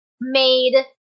made